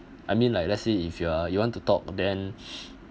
I mean like let's say if you're you want to talk then